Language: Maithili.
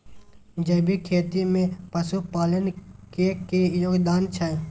जैविक खेती में पशुपालन के की योगदान छै?